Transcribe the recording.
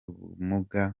ubumuga